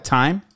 time